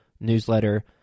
newsletter